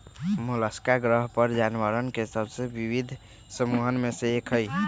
Mollusca ग्रह पर जानवरवन के सबसे विविध समूहन में से एक हई